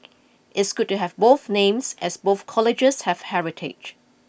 it's good to have both names as both colleges have heritage